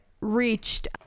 reached